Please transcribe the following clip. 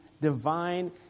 divine